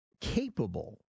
capable